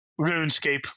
RuneScape